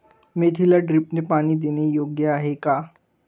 मेथीला ड्रिपने पाणी देणे योग्य आहे का?